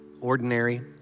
ordinary